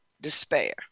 despair